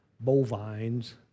bovines